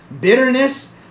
bitterness